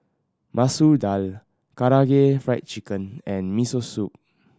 Masoor Dal Karaage Fried Chicken and Miso Soup